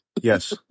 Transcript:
yes